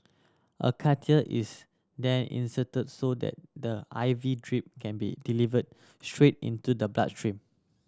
a catheter is then inserted so that the I V drip can be delivered straight into the blood stream